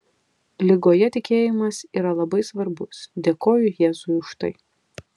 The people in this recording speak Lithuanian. ligoje tikėjimas yra labai svarbus dėkoju jėzui už tai